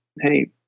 hey